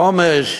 חומש.